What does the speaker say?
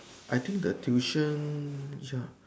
I think the tuition ya